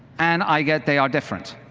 and i get they are different,